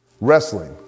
Wrestling